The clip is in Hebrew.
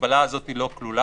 התשובה היא לא.